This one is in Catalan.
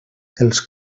els